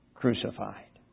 crucified